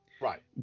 Right